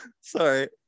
Sorry